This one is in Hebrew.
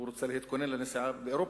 הוא רוצה להתכונן לנסיעה לאירופה,